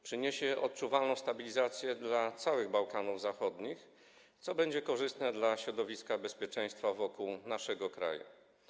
Przyniesie odczuwalną stabilizację dla całych Bałkanów Zachodnich, co będzie korzystne dla środowiska bezpieczeństwa wokół naszego kraju.